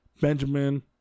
Benjamin